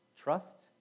Trust